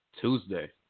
Tuesday